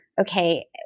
okay